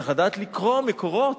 צריך לדעת לקרוא מקורות,